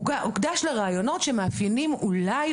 הוקדש לרעיונות שמאפיינים אולי,